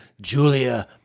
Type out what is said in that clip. Julia